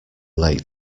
late